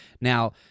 Now